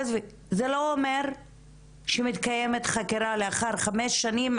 זה לא אומר שמתקיימת חקירה לאחר חמש שנים,